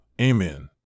Amen